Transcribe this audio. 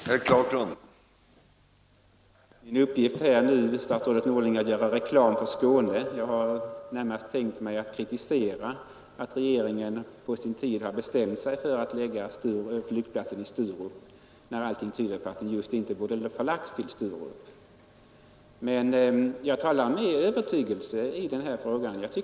Herr talman! Min uppgift, herr Norling, är inte alls att göra reklam för Skåne. Den är i stället att kritisera att regeringen på sin tid bestämde sig för att förlägga en storflygplats till Sturup, när allting tydde på att den inte borde ha förlagts dit. Jag är helt övertygad om att det var fel.